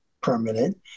permanent